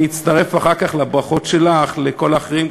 אני אצטרף אחר כך לברכות שלך לכל האחרים,